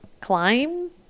climb